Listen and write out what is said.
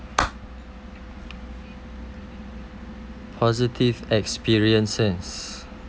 positive experiences